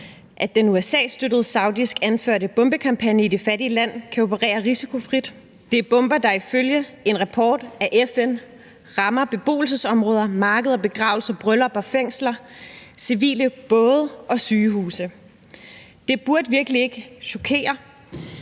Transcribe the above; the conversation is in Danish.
at den USA-støttede saudisk anførte bombekampagne i det fattige land kan operere risikofrit; det er bomber, der ifølge en rapport fra FN rammer beboelsesområder, markeder, begravelser, bryllupper, fængsler, civile både og sygehuse. Det burde virkelig ikke chokere,